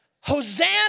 Hosanna